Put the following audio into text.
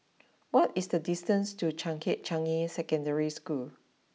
what is the distance to Changkat Changi Secondary School